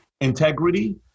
integrity